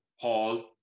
Paul